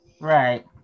Right